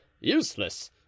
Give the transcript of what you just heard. useless